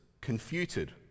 confuted